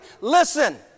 Listen